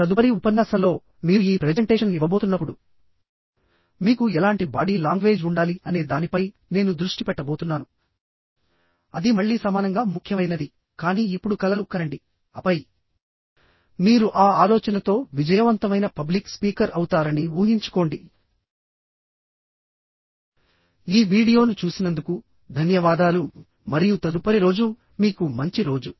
తదుపరి ఉపన్యాసంలో మీరు ఈ ప్రెజెంటేషన్ ఇవ్వబోతున్నప్పుడు మీకు ఎలాంటి బాడీ లాంగ్వేజ్ ఉండాలి అనే దానిపై నేను దృష్టి పెట్టబోతున్నాను అది మళ్ళీ సమానంగా ముఖ్యమైనది కానీ ఇప్పుడు కలలు కనండి ఆపై మీరు ఆ ఆలోచనతో విజయవంతమైన పబ్లిక్ స్పీకర్ అవుతారని ఊహించుకోండిఈ వీడియోను చూసినందుకు ధన్యవాదాలు మరియు తదుపరి రోజు మీకు మంచి రోజు